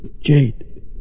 jade